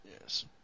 yes